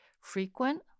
frequent